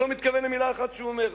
שהוא לא מתכוון למלה אחת שהוא אומר.